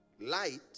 Light